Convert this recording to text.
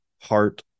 heart